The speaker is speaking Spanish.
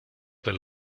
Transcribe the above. del